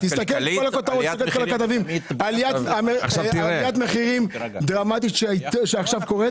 עליית המחירים הדרמטית שקורית עכשיו,